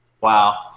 wow